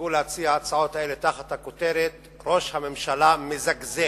נהגו להציע את ההצעות האלה תחת הכותרת: ראש הממשלה מזגזג.